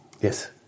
Yes